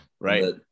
Right